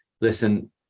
listen